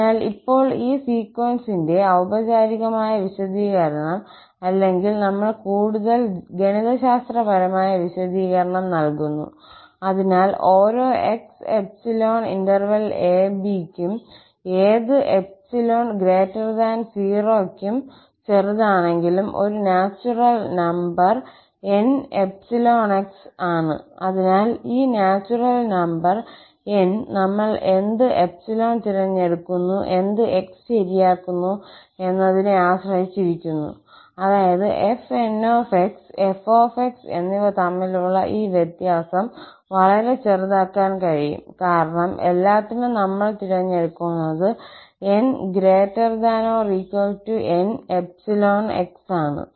അതിനാൽ ഇപ്പോൾ ഈ സീക്വൻസിന്റെ ഔപചാരികമായ വിശദീകരണം അല്ലെങ്കിൽ നമ്മൾ കൂടുതൽ ഗണിതശാസ്ത്രപരമായ വിശദീകരണം നൽകുന്നു അതിനാൽ ഓരോ 𝑥∈𝑎 𝑏 നും ഏത് 𝜖0 നും ചെറുതാണെങ്കിലും ഒരു നാച്ചുറൽ നമ്പർ 𝑁𝜖 𝑥 ആണ് അതിനാൽ ഈ നാച്ചുറൽ നമ്പർ 𝑁 നമ്മൾ എന്ത് ∈ തിരഞ്ഞെടുക്കുന്നു എന്ത് 𝑥 ശരിയാക്കുന്നു എന്നതിനെ ആശ്രയിച്ചിരിക്കുന്നു അതായത് 𝑓𝑛𝑥 𝑓 𝑥 എന്നിവ തമ്മിലുള്ള ഈ വ്യത്യാസം വളരെ ചെറുതാക്കാൻ കഴിയും കാരണം എല്ലാത്തിനും നമ്മൾ തിരഞ്ഞെടുത്തത് 𝑛≥𝑁𝜖 𝑥 ആണ്